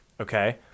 okay